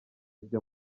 byo